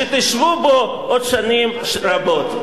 שתשבו בו עוד שנים רבות?